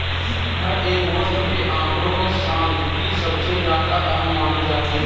हर एक वस्तु के आंकडों में सांख्यिकी सबसे ज्यादा अहम मानी जाती है